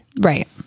Right